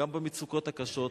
גם במצוקות הקשות,